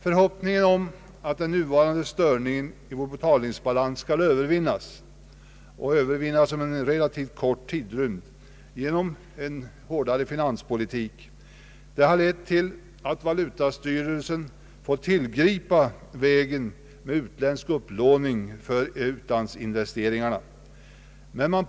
Förhoppningen om att den nuvarande störningen i vår betalningsbalans skall övervinnas inom en relativt kort tidsrymd genom en hårdare finanspolitik har lett till att valutastyrelsen fått tillgripa utländsk upplåning för utlandsinvesteringarna.